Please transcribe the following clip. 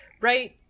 right